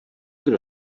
kdo